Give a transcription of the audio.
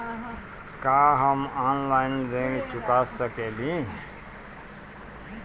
का हम ऑनलाइन ऋण चुका सके ली?